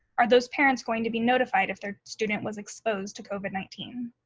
are those parents going to be notified if their student was exposed to covid nineteen?